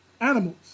animals